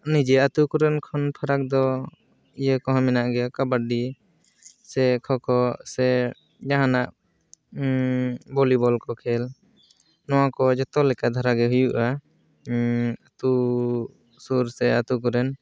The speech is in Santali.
ᱱᱤᱡᱮ ᱟᱛᱩ ᱠᱚᱨᱮᱱ ᱠᱷᱚᱱ ᱯᱷᱟᱨᱟᱠ ᱫᱚ ᱤᱭᱟᱹ ᱠᱚᱦᱚᱸ ᱢᱮᱱᱟᱜ ᱜᱮᱭᱟ ᱠᱟᱵᱟᱰᱤ ᱥᱮ ᱠᱷᱚᱠᱳ ᱥᱮ ᱡᱟᱦᱟᱱᱟᱜ ᱵᱷᱚᱞᱤᱵᱚᱞ ᱠᱚ ᱠᱷᱮᱞ ᱱᱚᱣᱟ ᱠᱚ ᱡᱚᱛᱚᱞᱮᱠᱟ ᱫᱷᱟᱨᱟᱜᱮ ᱦᱩᱭᱩᱜᱼᱟ ᱟᱛᱩ ᱥᱩᱨ ᱥᱮ ᱟᱛᱩ ᱠᱚᱨᱮᱱ